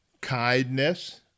kindness